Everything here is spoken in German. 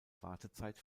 wartezeit